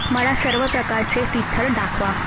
मला सर्व प्रकारचे टीथर दाखवा